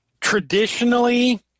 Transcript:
Traditionally